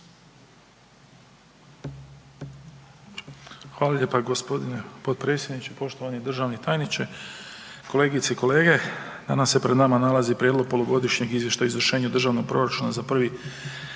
Hvala lijepa. Gospodine potpredsjedniče, poštovani državni tajniče. Kolegice i kolege. Danas se pred nama nalazi Prijedlog polugodišnjeg izvještaja o izvršenju državnog proračuna za prvih